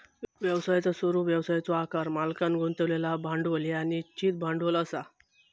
व्यवसायाचो स्वरूप, व्यवसायाचो आकार, मालकांन गुंतवलेला भांडवल ह्या निश्चित भांडवल असा